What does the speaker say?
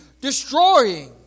destroying